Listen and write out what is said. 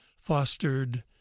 fostered